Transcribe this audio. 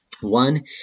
One